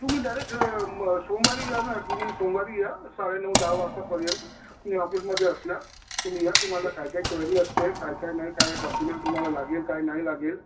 तुम्ही डायरेक्ट म सोमवारी या ना तुम्ही सोमवारी या साडेनऊ दहा वाजतापर्यंत मी ऑफिसमध्ये असणार तुम्ही या तुम्हाला काय काय क्वेरी असते काय काय नाही काय डॉक्युमेंट तुम्हाला लागेल काय नाही लागेल